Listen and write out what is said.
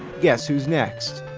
guess who's next?